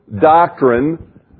doctrine